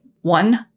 one